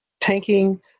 tanking